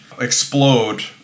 explode